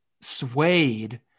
swayed